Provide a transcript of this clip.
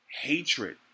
Hatred